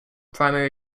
primary